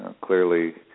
clearly